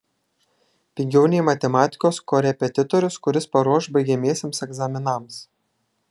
pigiau nei matematikos korepetitorius kuris paruoš baigiamiesiems egzaminams